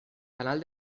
canal